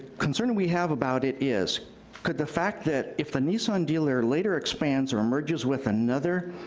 concern we have about it is could the fact that if the nissan dealer later expands or merges with another